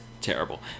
terrible